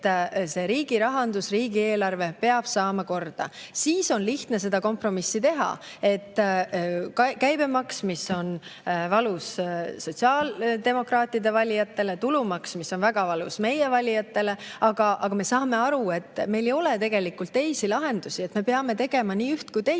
et riigi rahandus, riigieelarve peab saama korda. Siis on lihtne kompromissi teha. Käibemaks, mis on valus sotsiaaldemokraatide valijatele, tulumaks, mis on väga valus meie valijatele – aga me saame aru, et meil ei ole tegelikult teisi lahendusi, me peame tegema nii üht kui ka teist.